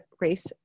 race